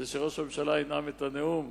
שראש הממשלה ינאם את הנאום